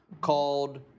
called